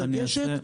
לגשת,